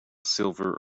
silver